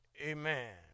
Amen